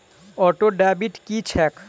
Auto debit की छैक?